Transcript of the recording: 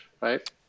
right